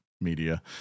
media